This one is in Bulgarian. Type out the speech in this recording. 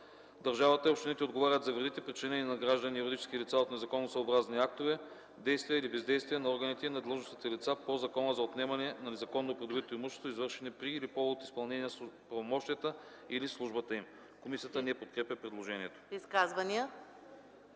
Държавата и общините отговарят за вредите, причинени на граждани и юридически лица от незаконосъобразни актове, действия или бездействия на органите и на длъжностните лица по Закона за отнемане на незаконно придобито имущество, извършени при или по повод изпълнение на правомощията или службата им.” Комисията не подкрепя предложението.